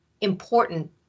important